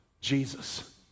Jesus